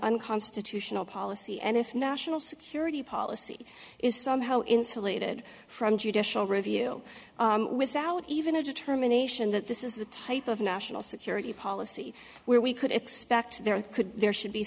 unconstitutional policy and if national security policy is somehow insulated from judicial review without even a determination that this is the type of national security policy where we could expect there could be there should be